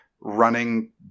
running